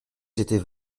j’étais